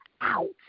out